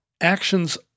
actions